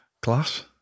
Class